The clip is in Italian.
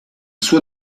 suo